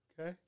Okay